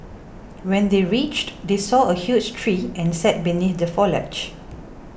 when they reached they saw a huge tree and sat beneath the foliage